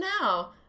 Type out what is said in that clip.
now